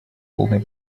полной